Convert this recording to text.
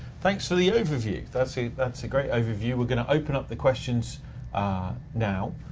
thanks for the overview. that's a that's a great overview. we're gonna open up the questions now.